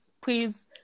please